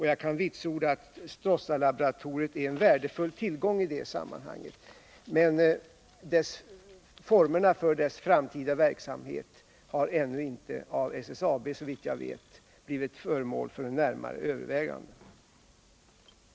Jag kan vitsorda att Stråssalaboratoriet är en värdefull tillgång i det sammanhanget, men formerna för dess framtida verksamhet har så vitt jag vet ännu inte blivit föremål för närmare överväganden inom SSAB.